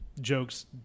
jokes